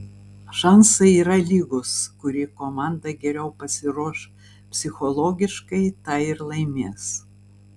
šansai yra lygūs kuri komanda geriau pasiruoš psichologiškai ta ir laimės